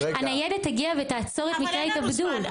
הניידת תגיע ותעצור את מקרה ההתאבדות.